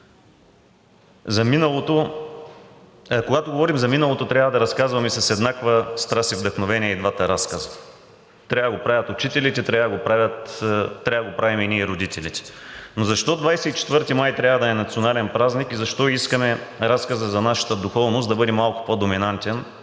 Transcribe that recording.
Когато говорим за миналото, трябва да разказваме с еднаква страст и вдъхновение и двата разказа. Трябва да го правят учителите, трябва да го правим и ние, родителите! Но защо 24 май трябва да е национален празник и защо искаме разказът за нашата духовност да бъде малко по-доминантен